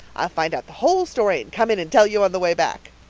i'll find out the whole story and come in and tell you on the way back.